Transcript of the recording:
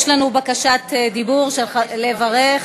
יש לנו בקשת דיבור, לברך.